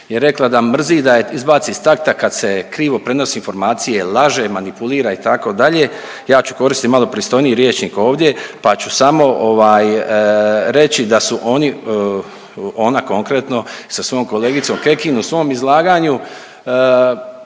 je rekla da mrzi da je izbaci iz takta kad se krivo prenosi informacije, laže, manipulira itd. Ja ću koristit malo pristojniji rječnik ovdje pa ću samo ovaj reći da su oni, ona konkretno sa svojom kolegicom Kekin u svom izlaganju